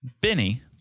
Benny